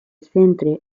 centra